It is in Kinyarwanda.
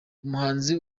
umuhanzi